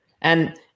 And-